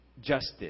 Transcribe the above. justice